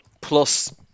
plus